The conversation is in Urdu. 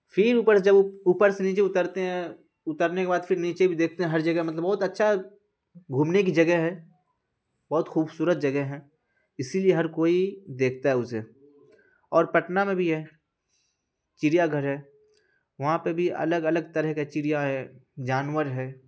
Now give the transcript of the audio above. پھر اوپر سے جب اوپر سے نیچے اترتے ہیں اترنے کے بعد پھر نیچے بھی دیکھتے ہیں ہر جگہ مطلب بہت اچھا گھومنے کی جگہ ہے بہت خوبصورت جگہ ہیں اسی لیے ہر کوئی دیکھتا ہے اسے اور پٹنہ میں بھی ہے چڑیا گھر ہے وہاں پہ بھی الگ الگ طرح کا چڑیا ہے جانور ہے